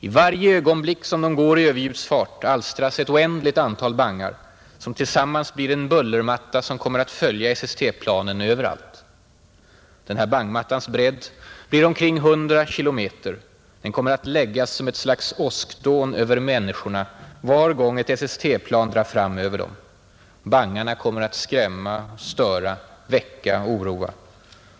I varje ögonblick, som de går i överljudsfart, alstras ett oändligt antal bangar, som tillsammans blir en bullermatta som kommer att följa SST-planen överallt. Bangmattans bredd blir omkring 100 kilometer. Den kommer att läggas som ett slags åskdån över människorna var gång ett SST-plan drar fram över dem. Bangarna kommer att skrämma, störa, väcka och oroa.